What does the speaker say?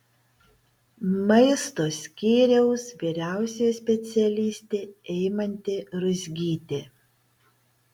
maisto skyriaus vyriausioji specialistė eimantė ruzgytė